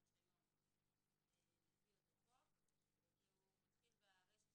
רישיון לפי אותו חוק והוא מתחיל ברישה שאומרת: